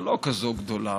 אבל לא כזו גדולה.